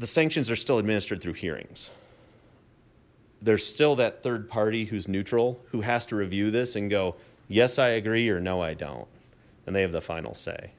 the sanctions are still administered through hearings there's still that third party who's neutral who has to review this and go yes i agree or no i don't and they have the final say